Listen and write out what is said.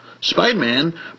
Spider-Man